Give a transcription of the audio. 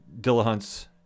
Dillahunt's